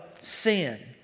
sin